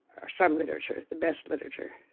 or some literature, the best literature.